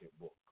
book